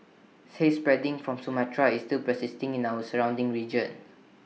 haze spreading from Sumatra is still persisting in our surrounding region